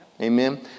Amen